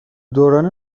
دوران